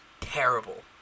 terrible